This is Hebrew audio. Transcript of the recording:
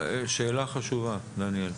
שאלה חשובה, דניאל.